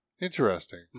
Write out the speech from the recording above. Interesting